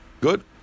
Good